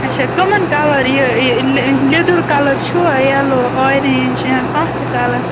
اَچھا کٕمَن کَلَر یہِ لیوٚدُر کَلَر چھُوا یَلو اورینٛج یا کانٛہہ تہِ کَلَر